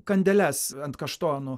kandeles ant kaštonų